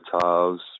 Tiles